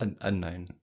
unknown